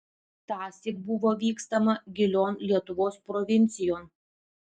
tąsyk buvo vykstama gilion lietuvos provincijon